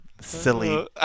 Silly